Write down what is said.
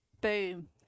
Boom